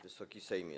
Wysoki Sejmie!